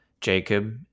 Jacob